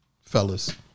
fellas